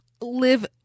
live